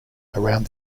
around